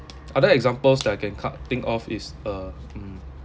other examples that I can kind of think of is uh mm